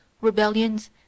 rebellions